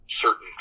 certain